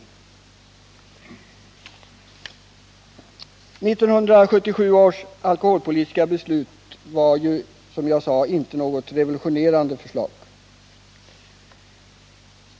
1977 års alkoholpolitiska beslut var, som jag sade, inte något revolutione rande förslag.